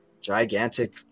gigantic